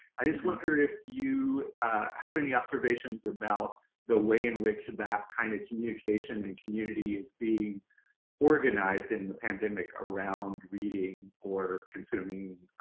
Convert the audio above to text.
i just wonder if you have any observations about the way in which that kind of communication and community is being organized in the pandemic around reading or consuming,